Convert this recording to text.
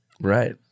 Right